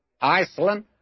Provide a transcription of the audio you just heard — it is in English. Iceland